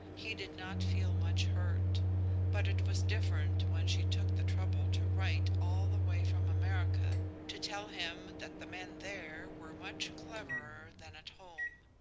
he did not feel much hurt but it was different when she took the trouble to write all the way from america to tell him that the men there were much cleverer than at home.